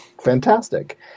fantastic